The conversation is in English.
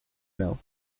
mill